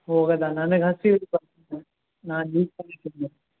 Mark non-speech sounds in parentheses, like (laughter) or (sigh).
ಹೋಗೋದಾ ನನಗೆ ಹಸಿವಿಲ್ಲ (unintelligible) ನಾನು ಈಗ ತಾನೆ ತಿಂದೆ